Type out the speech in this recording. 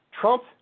Trump